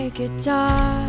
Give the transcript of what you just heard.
guitar